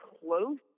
close